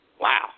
Wow